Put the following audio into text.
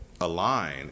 align